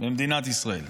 במדינת ישראל.